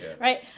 right